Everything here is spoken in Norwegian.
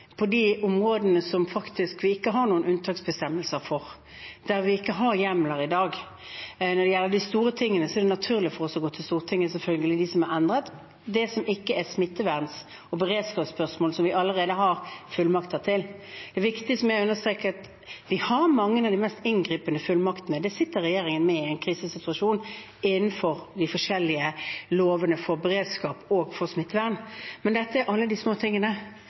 på de områdene som vi ikke har noen unntaksbestemmelser for, der vi ikke har hjemler i dag. Når det gjelder de store tingene, er det naturlig for oss å gå til Stortinget, selvfølgelig, med det som er endret, det som ikke er smitteverns- og beredskapsspørsmål, som vi allerede har fullmakter til. Det er viktig, som jeg understreket, at vi har mange av de mest inngripende fullmaktene. Det sitter regjeringen med i en krisesituasjon, innenfor de forskjellige lovene for beredskap og for smittevern. Men dette er alle de små tingene